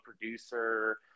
producer